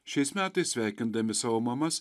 šiais metais sveikindami savo mamas